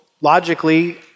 logically